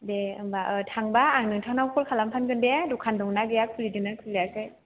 दे होनबा औ थांबा आं नोंथांनाव क'ल खालामना थांगोन दे दखान दंना गैया खुलिदोंना खुलियाखै